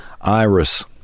Iris